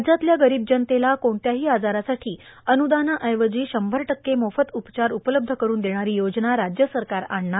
राज्यातल्या गरीब जनतेला कोणत्याही आजारासाठी अनुदानाऐवजी शंभर टक्के मोफत उपचार उपलब्ध करून देणारी योजना राज्य सरकार आणणार